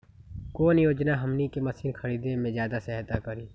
कौन योजना हमनी के मशीन के खरीद में ज्यादा सहायता करी?